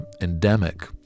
endemic